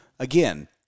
Again